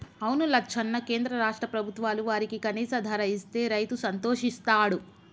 అవును లచ్చన్న కేంద్ర రాష్ట్ర ప్రభుత్వాలు వారికి కనీస ధర ఇస్తే రైతు సంతోషిస్తాడు